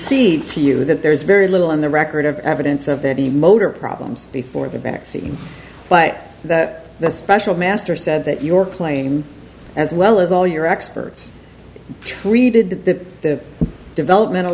to you that there is very little on the record of evidence of any motor problems before the vaccine but that the special master said that your claim as well as all your experts are treated to the developmental